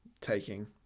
taking